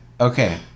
okay